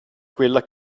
quella